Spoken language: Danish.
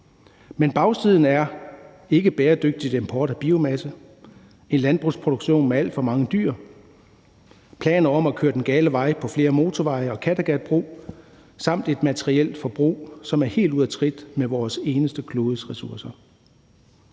Men bagsiden er ikkebæredygtig import af biomasse, en landbrugsproduktion med alt for mange dyr, planer om at køre den gale vej med flere motorveje og en Kattegatbro samt et materielt forbrug, som er helt ude af trit med vores eneste klodes ressourcer.